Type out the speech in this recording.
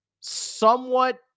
somewhat